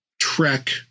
trek